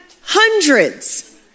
hundreds